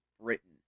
Britain